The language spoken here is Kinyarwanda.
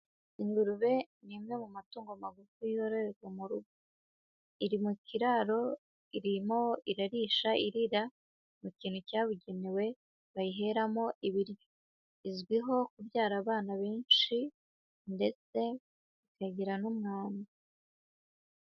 Ingurube ni imwe mu matungo magufi yororerwa mu rugo. Iri mu kiraro irimo irarisha irira, mu kintu cyabugenewe bayiheramo ibiryo. Izwiho kubyara abana benshi, ndetse ikagira n'umwanda.